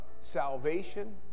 salvation